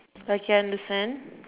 like you understand